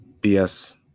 BS